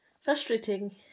frustrating